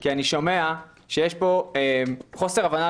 כי אני שומע שיש פה חוסר הבנה,